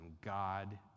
God